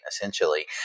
essentially